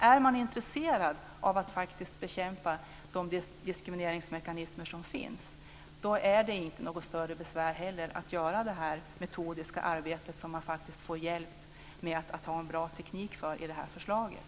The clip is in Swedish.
Är man intresserad av att faktiskt bekämpa de diskrimineringsmekanismer som finns, är det inte något större besvär att göra det metodiska arbete som man faktiskt får hjälp med en bra teknik för i det här förslaget.